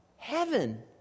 Heaven